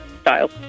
style